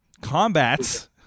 combats